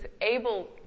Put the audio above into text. able